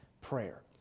prayer